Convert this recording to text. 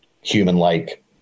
human-like